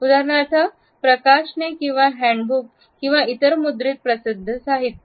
उदाहरणार्थ प्रकाशने किंवा हँडबुक किंवा इतर मुद्रित प्रसिद्धी साहित्य